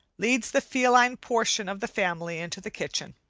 leads the feline portion of the family into the kitchen.